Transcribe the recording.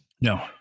no